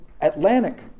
Atlantic